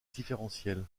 différentielle